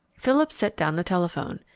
philip set down the telephone.